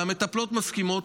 והמטפלות מסכימות,